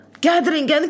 Gathering